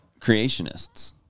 Creationists